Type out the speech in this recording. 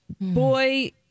boy